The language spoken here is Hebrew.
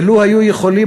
ולו היו יכולים,